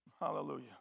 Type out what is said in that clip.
Hallelujah